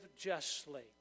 justly